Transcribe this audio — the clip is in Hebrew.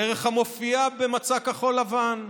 דרך המופיעה במצע כחול לבן,